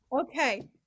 Okay